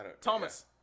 Thomas